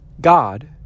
God